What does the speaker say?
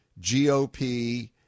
GOP